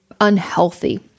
unhealthy